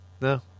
No